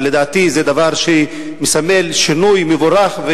ולדעתי זה דבר שמסמל שינוי מבורך.